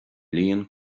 líon